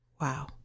Wow